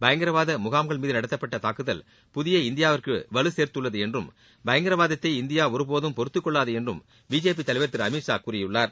பயங்கரவாத முகாம்கள் மீது நடத்தப்பட்ட தாக்குதல் புதிய இந்தியாவிற்கு வலுசேர்த்துள்ளது என்றும் பயங்கரவாதத்தை இந்தியா ஒருபோதும் பொறுத்துக் கொள்ளாது என்றும் பி ஜே பி தலைவர் திரு அமித் ஷா கூறியுள்ளார்